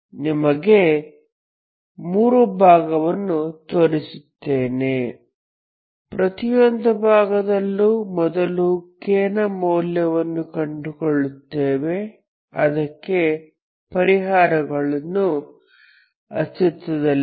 ನಿಮಗೆ ಮೂರು ಭಾಗವನ್ನು ತೋರಿಸುತ್ತೇನೆ ಪ್ರತಿಯೊಂದು ಭಾಗದಲ್ಲೂ ಮೊದಲು k ನ ಮೌಲ್ಯಗಳನ್ನು ಕಂಡುಕೊಳ್ಳುತ್ತೇವೆ ಅದಕ್ಕೆ ಪರಿಹಾರಗಳು ಅಸ್ತಿತ್ವದಲ್ಲಿವೆ